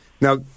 Now